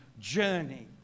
journey